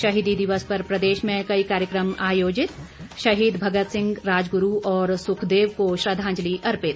शहीदी दिवस पर प्रदेश में कई कार्यक्रम आयोजित शहीद भगत सिंह राजगुरू और सुखदेव को श्रद्वाजंलि अर्पित